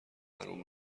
حروم